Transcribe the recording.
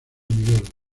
miguel